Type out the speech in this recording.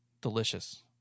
delicious